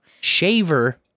Shaver